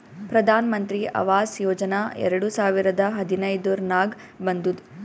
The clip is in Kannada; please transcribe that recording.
ಪ್ರಧಾನ್ ಮಂತ್ರಿ ಆವಾಸ್ ಯೋಜನಾ ಎರಡು ಸಾವಿರದ ಹದಿನೈದುರ್ನಾಗ್ ಬಂದುದ್